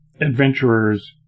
adventurers